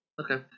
Okay